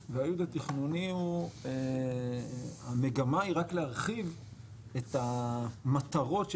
התכנוני, והמגמה היא רק להרחיב את המטרות.